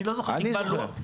אני זוכר,